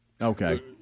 Okay